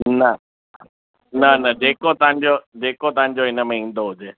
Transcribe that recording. न न न जे को तव्हांजो जे को तव्हांजो इनमें ईंदो हुजे